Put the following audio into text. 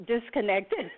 disconnected